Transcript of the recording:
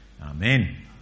Amen